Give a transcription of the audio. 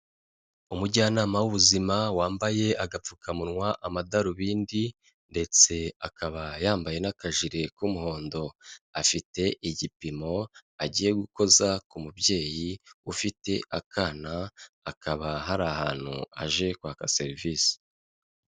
Umujyanama w'ubuzima wambaye agapfukamunwa, amadarubindi ndetse akaba yambaye n'akajire k'umuhondo, afite igipimo agiye gukoza ku mubyeyi ufite akana, akaba hari ahantu aje kwaka serivisi.